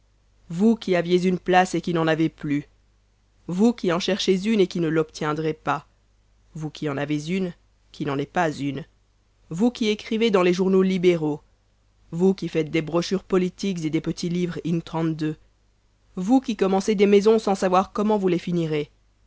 vous qui aviez une place et qui n'en avez plus vous qui en cherchez une et qui ne l'obtiendrez pas vous qui en avez une qui n'en est pas une vous qui écrivez dans les journaux libéraux vous qui faites des brochures politiques et des petits livres in vous qui commencez des maisons sans savoir comment vous les finirez